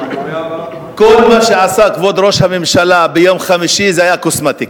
כל מה שעשה כבוד ראש הממשלה ביום חמישי היה קוסמטיקה.